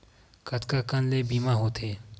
कतका कन ले बीमा होथे?